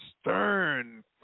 stern